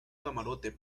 camarote